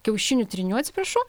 kiaušinių trynių atsiprašau